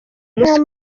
umunsi